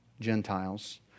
Gentiles